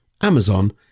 amazon